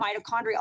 mitochondrial